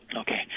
Okay